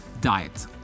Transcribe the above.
diet